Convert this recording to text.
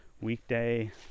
Weekday